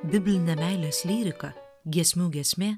biblinė meilės lyrika giesmių giesmė